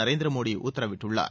நரேந்திர மோடி உத்தரவிட்டுள்ளார்